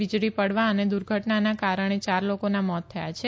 વીજળી પડવા અને દુર્ઘટનાના કારણે ચાર લોકોના મોત થયા છે